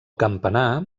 campanar